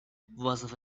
was